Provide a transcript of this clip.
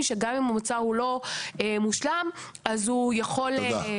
שגם אם המוצר לא מושלם אז הוא יכול --- תודה,